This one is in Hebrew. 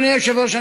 אדוני היושב-ראש,